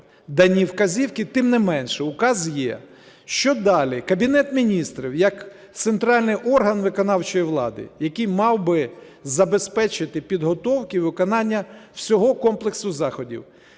дані вказівки, тим не менше, Указ є. Що далі? Кабінет Міністрів, як центральний орган виконавчої влади, який мав би забезпечити підготовку і виконання всього комплексу заходів.